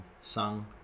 sung